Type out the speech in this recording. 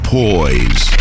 poise